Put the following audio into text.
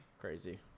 crazy